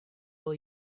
will